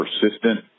persistent